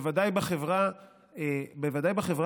בוודאי בחברה היהודית,